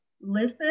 listen